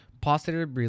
positive